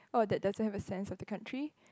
or that doesn't have a sense of the country